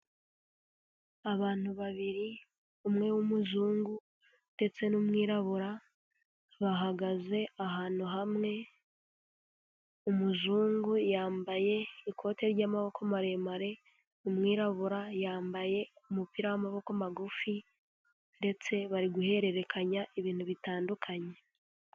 Abantu babiri, umwe w'umuzungu ndetse n'umwirabura bahagaze ahantu hamwe, umuzungu yambaye ikoti ry'amaboko maremare, umwirabura yambaye umupira w'amaboko magufi ndetse bari guhererekanya ibintu bitandukanye.